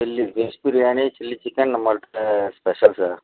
chilli fish biryani chilli chicken நம்மள்கிட்ட special sir